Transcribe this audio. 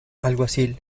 alguacil